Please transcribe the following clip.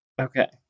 Okay